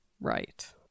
Right